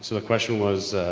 so question was,